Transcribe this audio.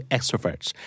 Extroverts